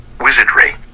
wizardry